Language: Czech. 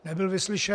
Nebyl vyslyšen.